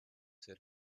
sit